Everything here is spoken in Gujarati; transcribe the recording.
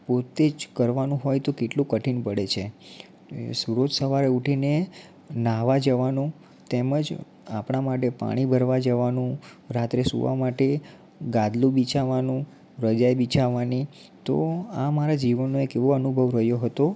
પોતે જ કરવાનું હોય તો કેટલું કઠિન પડે છે રોજ સવારે ઊઠીને નાહવા જવાનું તેમજ આપણા માટે પાણી ભરવા જવાનું રાત્રે સુવા માટે ગાદલું બિછાવવાનું રજાઈ બીછાવવાની તો આ મારા જીવનનો એક એવો અનુભવ રહ્યો હતો